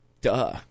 Duh